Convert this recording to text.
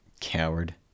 Coward